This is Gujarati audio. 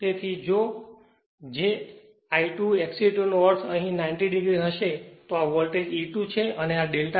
તેથી જેમ j I2 XE2 નો અર્થ તે અહીંથી 90 o હશે અને આ વોલ્ટેજ E2 છે અને આ ∂ છે